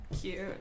cute